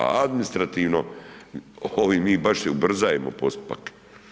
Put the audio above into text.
A administrativno ovim mi baš i ubrzajemo postupak.